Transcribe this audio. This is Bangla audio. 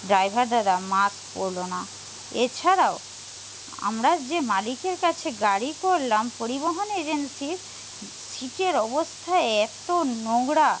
ড্রাইভার দাদা মাস্ক পরলো না এছাড়াও আমরা যে মালিকের কাছে গাড়ি করলাম পরিবহণ এজেন্সির সিটের অবস্থা এত নোংরা